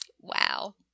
Wow